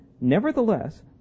Nevertheless